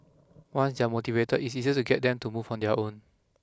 once they are motivated it's easier to get them to move on their own